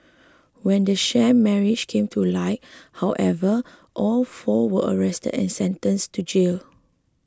when the sham marriage came to light however all four were arrested and sentenced to jail